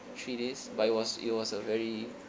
three days but it was it was a very